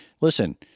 listen